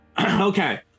Okay